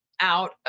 out